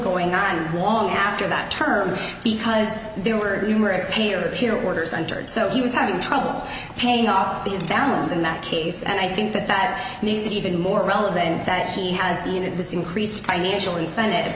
going on long after that term because there were numerous payor appear order centered so he was having trouble paying off the balance in that case and i think that that makes it even more relevant that she has the unit this increased financial incentive